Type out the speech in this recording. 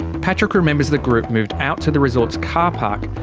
patrick remembers the group moved out to the resort's car park.